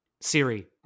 Siri